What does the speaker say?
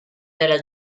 della